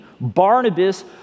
Barnabas